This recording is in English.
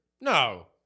No